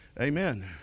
Amen